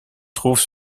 trouve